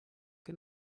que